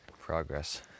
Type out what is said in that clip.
progress